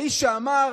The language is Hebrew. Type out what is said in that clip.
האיש שאמר,